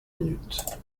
minutes